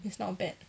it's not bad